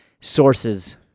sources